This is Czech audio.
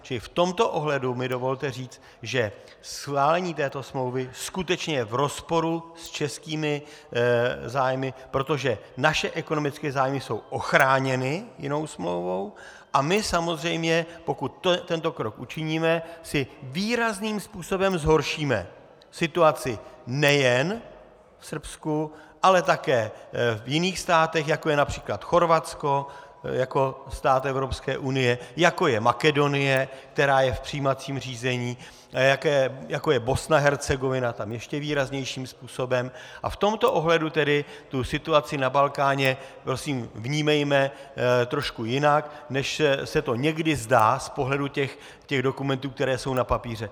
Čili v tomto ohledu mi dovolte říci, že schválení této smlouvy skutečně je v rozporu s českými zájmy, protože naše ekonomické zájmy jsou ochráněny jinou smlouvou, a my samozřejmě, pokud tento krok učiníme, si výrazným způsobem zhoršíme situaci nejen v Srbsku, ale také v jiných státech, jako je např. Chorvatsko jako stát Evropské unie, jako je Makedonie, která je v přijímacím řízení, jako je Bosna a Hercegovina, tam ještě výraznějším způsobem, a v tomto ohledu tedy situaci na Balkáně prosím vnímejme trochu jinak, než se to někdy zdá z pohledu těch dokumentů, které jsou na papíře.